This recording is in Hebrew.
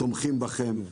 תומכים בכם.